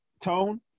tone